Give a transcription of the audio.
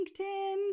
linkedin